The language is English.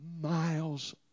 miles